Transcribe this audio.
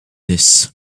this